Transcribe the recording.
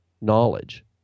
knowledge